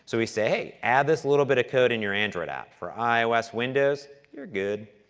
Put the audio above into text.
so we say, hey, add this little bit of code in your android app, for ios, windows, you're good.